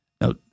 Now